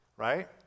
right